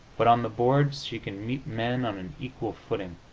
but on the boards she can meet men on an equal footing.